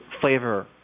flavor